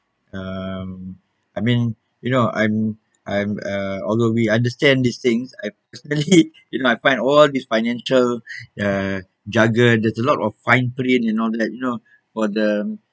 um I mean you know I'm I'm uh although we understand these things I personally you know I find all these financial err jargon there's a lot of fine print and all that you know for the